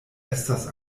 estas